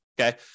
okay